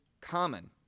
common